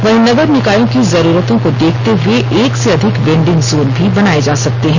वहीं नगर निकायों की जरूरतों को देखते हए एक से अधिक वेंडिंग जोन भी बनाए जा सकते हैं